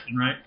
right